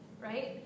right